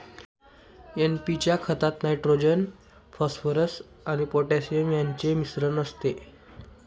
NP च्या खतात nitrogen, phosphorus आणि पोटॅशियम यांचे मिश्रण असते